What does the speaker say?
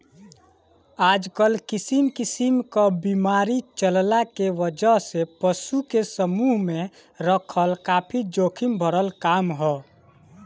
आजकल किसिम किसिम क बीमारी चलला के वजह से पशु के समूह में रखल काफी जोखिम भरल काम ह